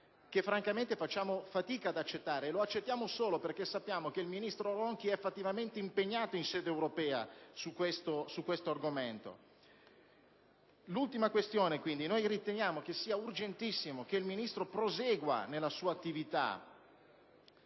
che francamente facciamo fatica ad accettare: lo accettiamo solo perché sappiamo che il ministro Ronchi è fattivamente impegnato in sede europea su questo argomento. Riteniamo pertanto urgentissimo che il Ministro prosegua la sua attività